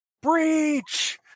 Breach